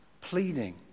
pleading